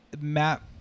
Matt